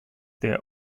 their